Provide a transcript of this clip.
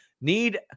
Need